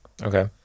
Okay